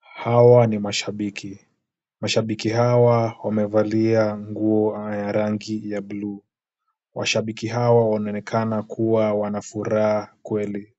Hawa ni mashabiki. Mashabiki hawa wamevalia nguo ya rangi ya buluu. Washabiki hawa wanaonekana kuwa wanafuraha kweli.